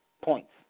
points